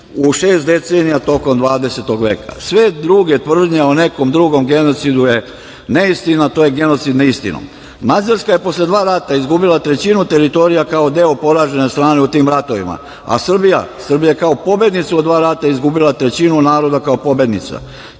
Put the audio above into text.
u šest decenija tokom 20. veka. Sve druge tvrdnje o nekom drugom genocidu je neistina. To je genocid nad istinom. Mađarska je posle dva rata izgubila trećinu teritorija kao deo poražene strane u tim ratovima, a Srbija je kao pobednica u dva rata izgubila trećinu naroda kao pobednica.